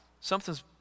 something's